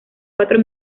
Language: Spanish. cuatro